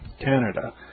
Canada